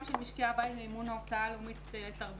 של משקי הבית במימון ההוצאה הלאומית לתרבות,